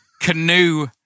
canoe